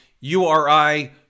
URI